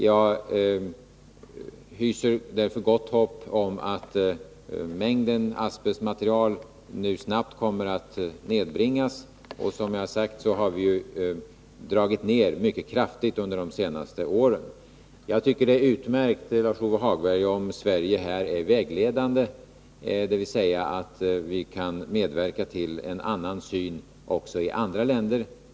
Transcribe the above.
Jag hyser därför gott hopp om att mängden asbestmaterial snabbt kommer att nedbringas. Som jag sagt har mängden asbestmaterial minskats mycket kraftigt under de senaste åren. Jag tycker att det är utmärkt, Lars-Ove Hagberg, om Sverige är vägledande i den fråga det här gäller, dvs. att vi kan medverka till en annan syn också i andra länder.